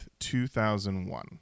2001